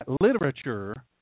literature